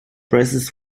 presses